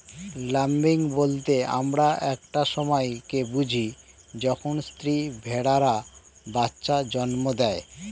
lambing বলতে আমরা একটা সময় কে বুঝি যখন স্ত্রী ভেড়ারা বাচ্চা জন্ম দেয়